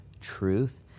truth